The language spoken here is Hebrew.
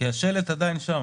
השלט עדיין שם.